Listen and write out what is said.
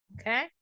okay